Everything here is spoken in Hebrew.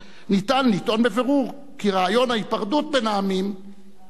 ניתן לטעון בבירור כי רעיון ההיפרדות בין העמים כשל.